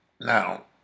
Now